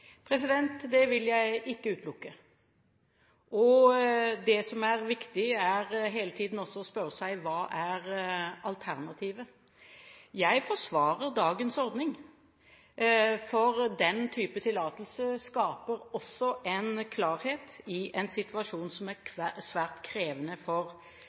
gruppen? Det vil jeg ikke utelukke. Og det som er viktig, er hele tiden også å spørre hva som er alternativet. Jeg forsvarer dagens ordning, for den typen tillatelse skaper også en klarhet i en situasjon som er svært krevende for